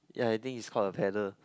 ya I think it's call a paddle